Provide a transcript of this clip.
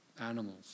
animals